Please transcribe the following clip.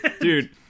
dude